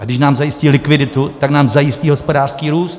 A když nám zajistí likviditu, tak nám zajistí hospodářský růst.